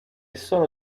sono